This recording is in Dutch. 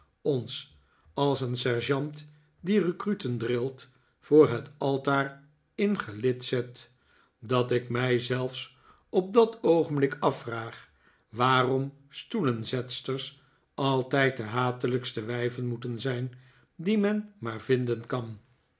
ons als een sergeant die recruten drilt voor het altaarhek in gelid zet dat ik mij zelfs op dat oogenblik afvraag waarom stoelenzetsters altijd de hatelijkste wijven moeten zijn die men maar vinden kan